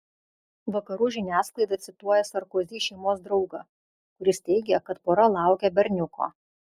vakarų žiniasklaida cituoja sarkozy šeimos draugą kuris teigia kad pora laukia berniuko